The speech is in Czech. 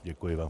Děkuji vám.